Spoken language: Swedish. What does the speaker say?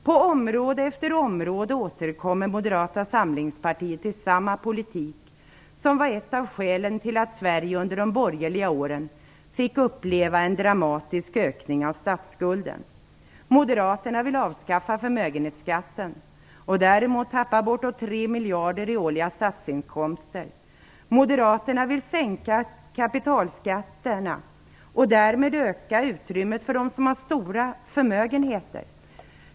På område efter område återkommer Moderata samlingsparitet till samma politik, som var ett av skälen till att Sverige under de borgerliga åren fick uppleva en dramatisk ökning av statsskulden. Moderaterna vill avskaffa förmögenhetsskatten och därmed tappa bortåt 3 miljarder kronor årligen i statsinkomster. Moderaterna vill sänka kapitalskatterna och därmed öka utrymmet för dem som har stora förmögenheter.